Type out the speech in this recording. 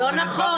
לא נכון.